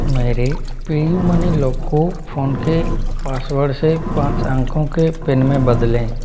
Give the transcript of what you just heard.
मेरे PayUmoney lock को phone के पासवर्ड से पाँच अंकों के पिन में बदलें